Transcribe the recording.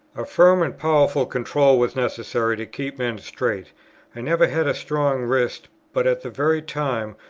a firm and powerful control was necessary to keep men straight i never had a strong wrist, but at the very time,